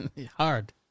Hard